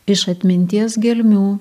iš atminties gelmių